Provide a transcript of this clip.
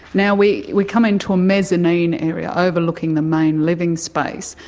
now we we come in to a mezzanine area overlooking the main living space.